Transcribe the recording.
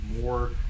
more